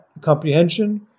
comprehension